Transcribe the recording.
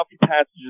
passages